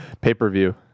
Pay-per-view